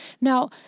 Now